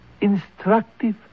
Instructive